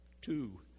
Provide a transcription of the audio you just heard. Two